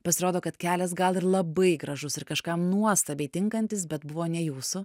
pasirodo kad kelias gal ir labai gražus ir kažkam nuostabiai tinkantis bet buvo ne jūsų